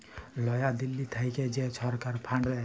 লয়া দিল্লী থ্যাইকে যে ছরকার ফাল্ড দেয়